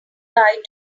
guide